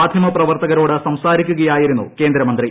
മാധ്യമപ്രവർത്തകരോട് സംസാരിക്കുകയായിരുന്നു ൃ ്കേന്ദ്മന്ത്രി